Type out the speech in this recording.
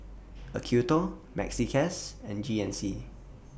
Acuto Maxi Cash and G N C